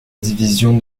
division